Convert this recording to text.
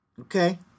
Okay